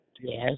Yes